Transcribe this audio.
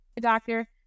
Doctor